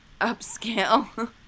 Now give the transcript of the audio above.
upscale